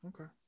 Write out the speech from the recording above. Okay